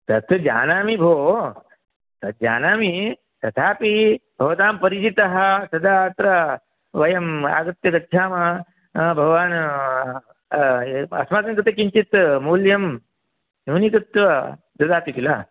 तत जानामि भोः तत् जानामि तथापि भवतां परिचितः तदा अत्र वयम् आगत्य गच्छामः भवान् अस्माकं कृते किञ्चित् मूल्यं न्यूनीकृत्य ददाति किल